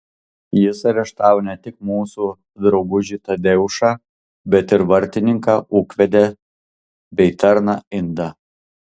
jis areštavo ne tik mūsų draugužį tadeušą bet ir vartininką ūkvedę bei tarną indą